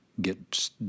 get